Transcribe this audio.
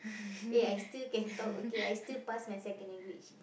eh I still can talk okay I still pass my second language